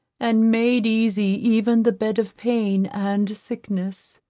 and made easy even the bed of pain and sickness.